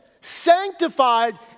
sanctified